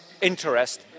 interest